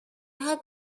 had